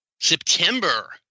September